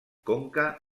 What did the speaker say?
conca